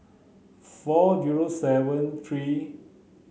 four zero seven three